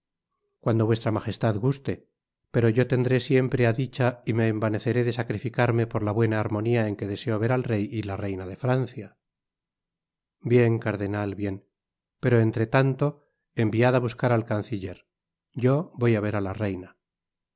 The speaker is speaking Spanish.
cuando vuestra majestad guste pero yo tendré siempre á dicha y me envaneceré de sacrificarme por la buena armonia en que deseo ver al rey y la reina de francia bien cardenal bien pero entre tanto envia i á buscar al canciller yo voy á ver á la reina